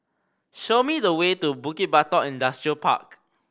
show me the way to Bukit Batok Industrial Park